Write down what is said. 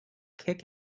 kick